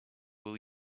will